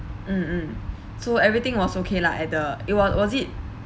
mm mm so everything was okay lah at the it was was it